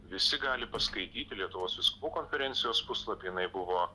visi gali paskaityti lietuvos vyskupų konferencijos puslapyje jinai buvo